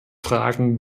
fragen